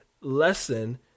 lesson